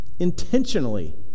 Intentionally